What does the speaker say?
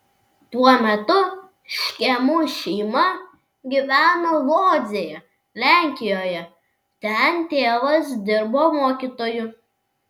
tuo metu škėmų šeima gyveno lodzėje lenkijoje ten tėvas dirbo mokytoju